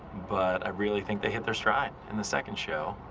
but i really think they hit their stride in the second show.